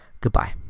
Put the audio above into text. goodbye